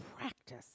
practice